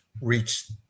reach